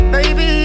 Baby